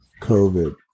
COVID